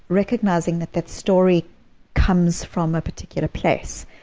recognizing that that story comes from a particular place.